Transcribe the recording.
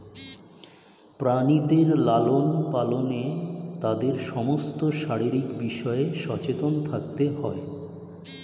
প্রাণীদের লালন পালনে তাদের সমস্ত শারীরিক বিষয়ে সচেতন থাকতে হয়